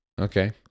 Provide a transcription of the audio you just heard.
Okay